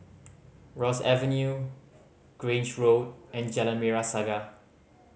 Ross Avenue Grange Road and Jalan Merah Saga